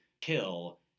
kill